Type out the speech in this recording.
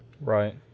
Right